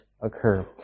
occur